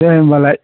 दे होनबालाय